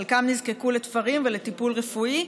חלקם נזקקו לתפרים ולטיפול רפואי,